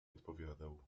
odpowiadał